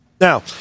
now